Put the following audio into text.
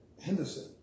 Henderson